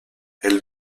elle